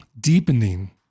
deepening